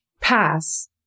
pass